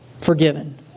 forgiven